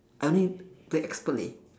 I only play expert leh